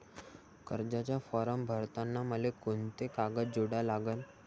कर्जाचा फारम भरताना मले कोंते कागद जोडा लागन?